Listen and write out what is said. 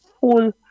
full